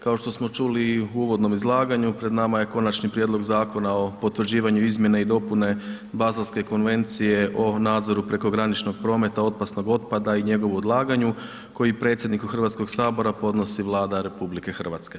Kao što smo čuli i u uvodnom izlaganju, pred nama je Konačni prijedlog zakona o potvrđivanju izmjene i dopune Bazelske konvencije o nadzoru prekograničnog prometa opasnog otpada i njegovu odlaganju, koji predsjedniku HS-a podnosi Vlada RH.